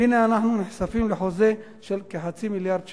והנה אנחנו נחשפים לחוזה של כ-0.5 מיליארד שקל.